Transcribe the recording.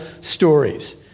stories